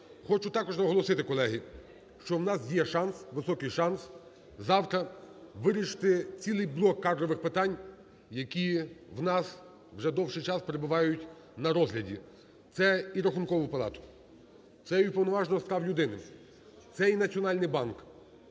Хочу також наголосити, колеги, що у нас є шанс, високий шанс завтра вирішити цілий блок кадрових питань, які у нас вже довгий час перебувають на розгляді. Це і Рахункову палату, це і Уповноваженого з прав людини, це і Національний банк.